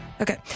Okay